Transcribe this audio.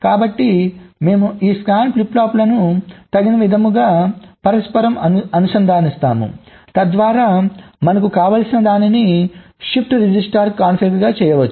కాబట్టి మేము ఈ స్కాన్ ఫ్లిప్ ఫ్లాప్లను తగిన విధంగా పరస్పరం అనుసంధానిస్తాము తద్వారా మనకు కావాలంటే దానిని షిఫ్ట్ రిజిస్టర్గా కాన్ఫిగర్ చేయవచ్చు